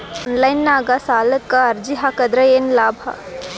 Online ನಾಗ್ ಸಾಲಕ್ ಅರ್ಜಿ ಹಾಕದ್ರ ಏನು ಲಾಭ?